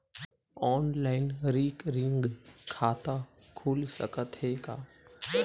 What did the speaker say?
Online recurring खाता खुल सकथे का?